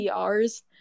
DRs